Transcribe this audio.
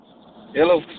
Hello